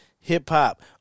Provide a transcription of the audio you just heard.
hip-hop